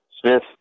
Smith